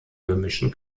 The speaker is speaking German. böhmischen